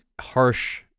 harsh